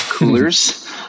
coolers